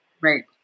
Right